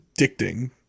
addicting